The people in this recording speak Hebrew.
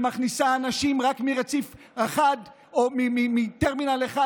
שמכניסה אנשים רק מרציף 1 או מטרמינל 1,